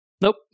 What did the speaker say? Nope